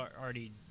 already